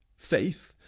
faith,